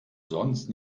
sonst